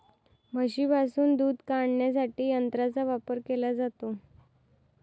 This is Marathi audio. म्हशींपासून दूध काढण्यासाठी यंत्रांचा वापर केला जातो